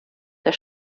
der